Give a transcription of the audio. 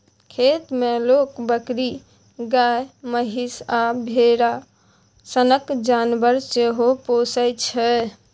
खेत मे लोक बकरी, गाए, महीष आ भेरा सनक जानबर सेहो पोसय छै